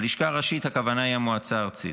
הלשכה הראשית, הכוונה היא למועצה הארצית: